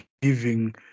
giving